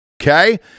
Okay